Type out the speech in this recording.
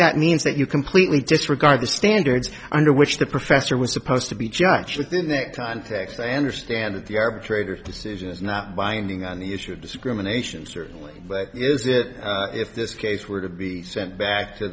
that means that you completely disregard the standards under which the professor was supposed to be judged within that time text i understand that the arbitrator decision is not binding on the issue of discrimination certainly is that if this case were to be sent back to